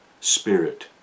spirit